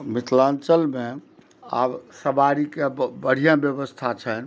मिथिलाञ्चलमे आब सवारीके बढ़िऑं व्यवस्था छै